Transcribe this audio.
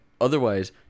Otherwise